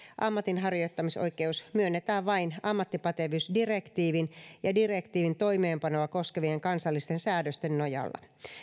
ammatinharjoittamisoikeus myönnetään vain ammattipätevyysdirektiivin ja direktiivin toimeenpanoa koskevien kansallisten säädösten nojalla